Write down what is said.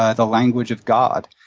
ah the language of god,